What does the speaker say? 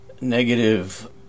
negative